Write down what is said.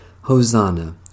Hosanna